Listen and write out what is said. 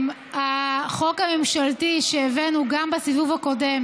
החוק הממשלתי שהבאנו גם בסיבוב הקודם